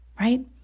right